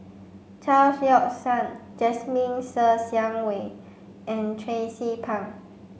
Chao Yoke San Jasmine Ser Xiang Wei and Tracie Pang